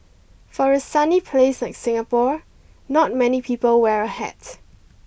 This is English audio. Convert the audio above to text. for a sunny place like Singapore not many people wear a hat